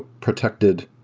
protected,